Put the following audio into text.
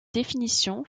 définition